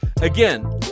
Again